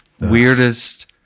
weirdest